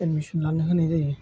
admission लानो होनाय जायो